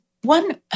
one